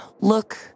look